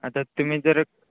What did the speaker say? आता तुम्ही जर